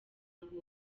ngo